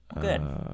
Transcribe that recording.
good